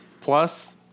Plus